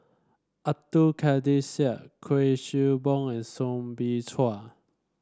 Abdul Kadir Syed Kuik Swee Boon and Soo Bin Chua